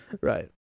right